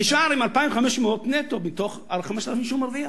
נשאר עם 3,500 נטו מתוך ה-5,000 שהוא מרוויח,